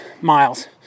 miles